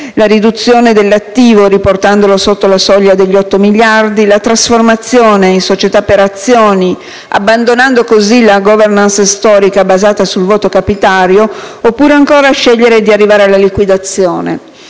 la riduzione dell'attivo, riportandolo sotto la soglia degli 8 miliardi; la trasformazione in società per azioni ordinarie, abbandonando così la *governance* storica basata sul voto capitario, oppure ancora la scelta di arrivare alla liquidazione;